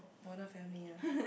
modern family ah